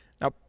Now